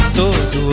todo